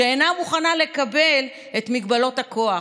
שאינה מוכנה לקבל את מגבלות הכוח,